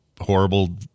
horrible